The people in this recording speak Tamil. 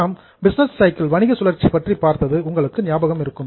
நாம் பிஸ்னஸ் சைக்கிள் வணிக சுழற்சி பற்றி பார்த்தது உங்களுக்கு ஞாபகம் இருக்கும்